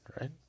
right